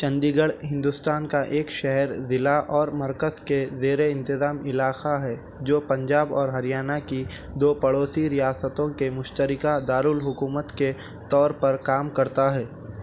چندی گڑھ ہندوستان کا ایک شہر ضلع اور مرکز کے زیرے انتظام علاقہ ہے جو پنجاب اور ہریانہ کی دو پڑوسی ریاستوں کے مشترکہ دارالحکومت کے طور پر کام کرتا ہے